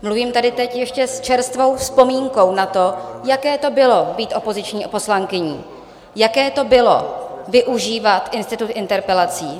Mluvím tady teď ještě s čerstvou vzpomínkou na to, jaké to bylo být opoziční poslankyní, jaké to bylo využívat institut interpelací.